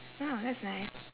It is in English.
!wah! that's nice